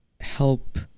help